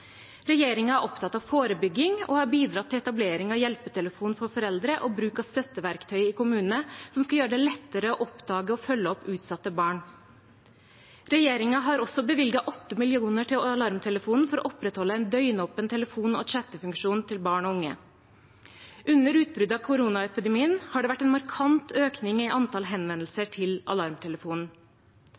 er opptatt av forebygging og har bidratt til etablering av hjelpetelefonen for foreldre og bruk av støtteverktøy som skal gjøre det lettere å oppdage og følge opp utsatte barn i kommunene. Regjeringen har også bevilget 8 mill. kr til Alarmtelefonen for å opprettholde en døgnåpen telefon og chattefunksjon for barn og unge. Under utbruddet av koronaepidemien har det vært en markant økning i antall henvendelser til Alarmtelefonen.